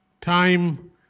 time